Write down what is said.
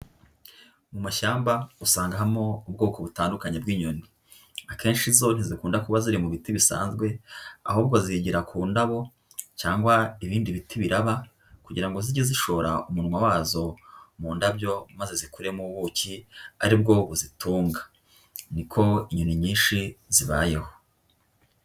Mu mashyamba usangamo ubwoko butandukanye bw'inyoni. Akenshi zo ntizikunda kuba ziri mu biti bisanzwe, ahubwo zigira ku ndabo cyangwa ibindi biti biraba, kugira ngo zijye zishora umunwa wazo mu ndabyo maze zikuremo ubuki ari bwo buzitunga. Ni ko inyoni nyinshi zibayeho.